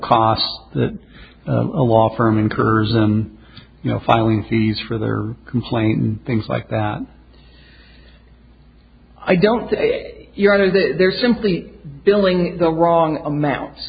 costs that a law firm incurs them you know filing fees for their complaint and things like that i don't say they're simply billing the wrong amounts